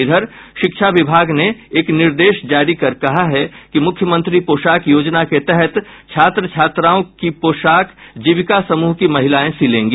इधर शिक्षा विभाग ने एक निर्देश जारी कर कहा है कि मूख्यमंत्री पोशाक योजना के तहत छात्र छात्राओं की पोशाक जीविका समूह की महिलाएं सिलेंगी